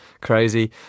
Crazy